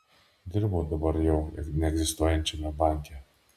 dirbau dabar jau neegzistuojančiame banke